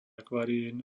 akvárií